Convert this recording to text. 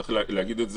צריך להגיד את זה,